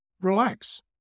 relax